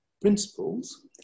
principles